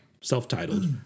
self-titled